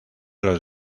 los